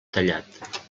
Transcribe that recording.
tallat